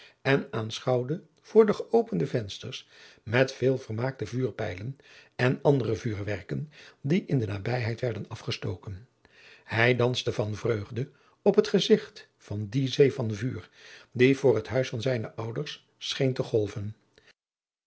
en aanschouwde voor de geopende vensters met veel vermaak de vuurpijlen en andere vuurwerken die in de nabijheid werden afgestoken hij danste van vreugde op het gezigt van die zee van vuur die voor het huis van zijne ouders scheen te golven